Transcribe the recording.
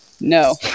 no